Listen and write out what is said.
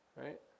right